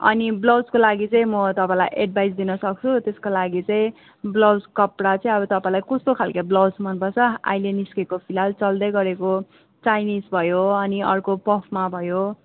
अनि ब्लाउजको लागि चाहिँ म तपाईँलाई एडभाइज दिनसक्छु त्यसको लागि चाहिँ ब्लाउज कपडा चाहिँ अब तपाईँलाई कस्तो खालके ब्लाउज मनपर्छ अहिले निस्केको फिलहाल चल्दैगरेको चाइनिज भयो अनि अर्को फेरि पफमा भयो